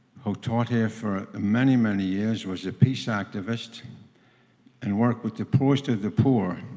who taught here for many, many years, was a peace activist and worked with the poorest of the poor